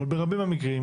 אבל ברבים מהמקרים